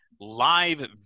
live